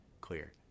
clear